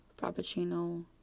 frappuccino